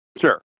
Sure